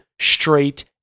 straight